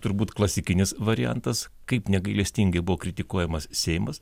turbūt klasikinis variantas kaip negailestingai buvo kritikuojamas seimas